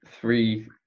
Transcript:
three